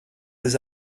des